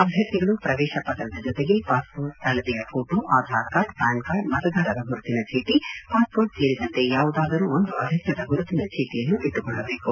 ಅಭ್ವರ್ಥಿಗಳು ಪ್ರವೇಶ ಪತ್ರದ ಜೊತೆಗೆ ಪಾಸ್ಪೋರ್ಟ್ ಅಳತೆಯ photo Aadhaar card pan card ಮತ್ತದಾರರ ಗುರುತಿನ ಚೀಟಿ ಪಾಸ್ಪೋರ್ಟ್ ಸೇರಿದಂತೆ ಯಾವುದಾದರೊಂದು ಅಧಿಕೃತ ಗುರುತಿನ ಚೀಟಿಯನ್ನು ಇಟ್ಲುಕೊಳ್ದದೇಕು